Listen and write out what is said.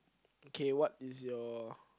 okay what is your